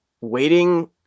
waiting